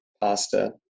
pasta